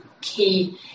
Key